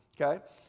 Okay